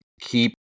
keep